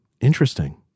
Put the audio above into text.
Interesting